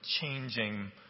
changing